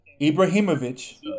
Ibrahimovic